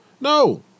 No